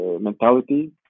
mentality